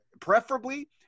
preferably